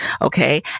okay